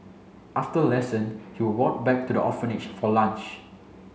after lesson he would walk back to the orphanage for lunch